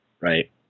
Right